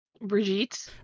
Brigitte